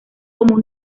como